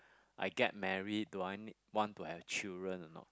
I get married do I need want to have children or not